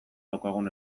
daukagun